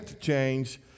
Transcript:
change